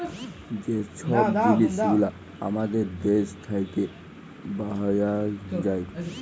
যে ছব জিলিস গুলা আমাদের দ্যাশ থ্যাইকে বাহরাঁয় যায়